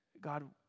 God